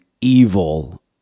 evil